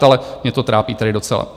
ale mě to trápí tedy docela.